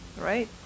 right